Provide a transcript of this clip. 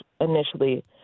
initially